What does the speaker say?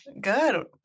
Good